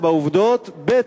בעובדות; ב.